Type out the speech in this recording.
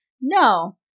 no